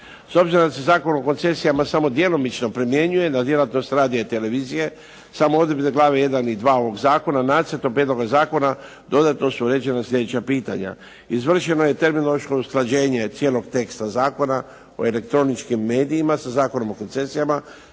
S obzirom da se Zakon o koncesijama samo djelomično primjenjuje na djelatnost radija i televizije samo odredbe glave 1. i 2. ovog zakona nacrtom prijedloga zakona dodatno su uređena slijedeća pitanja. Izvršno je terminološko usklađenje cijelog teksta Zakona o elektroničkim medijima sa Zakonom o koncesijama,